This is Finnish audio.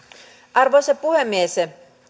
arvoisa puhemies